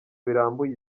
birambuye